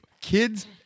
kids